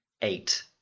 Eight